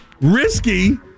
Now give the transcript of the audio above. Risky